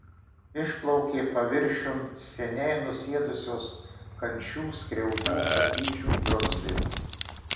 išplaukė paviršiun seniai nusėdusios kančių skriaudų patyčių drumzlės